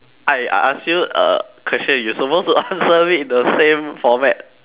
I ask you a question you supposed to answer me in the same format